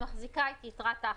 שמחזיקה את יתרת ההחזקות.